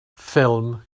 ffilm